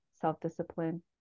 self-discipline